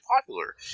popular